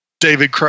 david